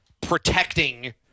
protecting